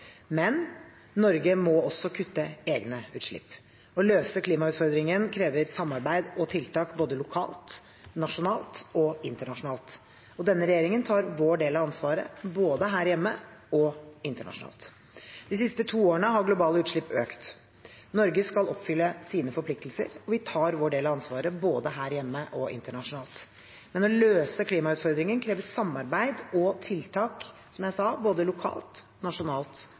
men Norge må også kutte egne utslipp. Å løse klimautfordringen krever samarbeid og tiltak både lokalt, nasjonalt og internasjonalt. Denne regjeringen tar sin del av ansvaret, både her hjemme og internasjonalt. De siste to årene har globale utslipp økt. Norge skal oppfylle sine forpliktelser. Vi tar vår del av ansvaret, både her hjemme og internasjonalt, men å løse klimautfordringen krever samarbeid og tiltak, som jeg sa, både lokalt, nasjonalt